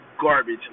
garbage